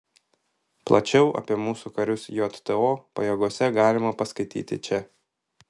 plačiau apie mūsų karius jto pajėgose galima paskaityti čia